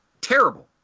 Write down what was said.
terrible